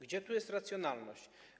Gdzie tu jest racjonalność?